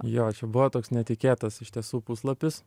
jo čia buvo toks netikėtas iš tiesų puslapis